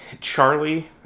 Charlie